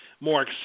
more